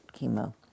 chemo